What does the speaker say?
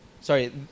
sorry